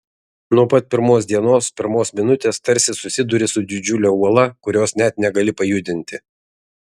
nuo pat pirmos dienos pirmos minutės tarsi susiduri su didžiule uola kurios net negali pajudinti